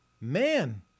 Man